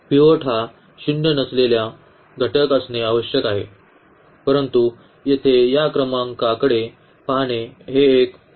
pivot हा शून्य नसलेला घटक असणे आवश्यक आहे परंतु येथे या क्रमांकाकडे पाहणे हे एक पिव्होट आहे